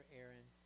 Aaron